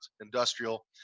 industrial